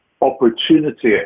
opportunity